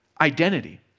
identity